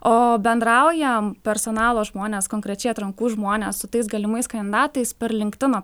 o bendraujam personalo žmonės konkrečiai atrankų žmonės su tais galimais kandidatais per linktdino